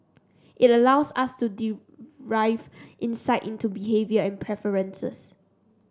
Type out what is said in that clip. it allows us to derive insight into behaviour and preferences